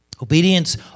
Obedience